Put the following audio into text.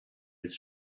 his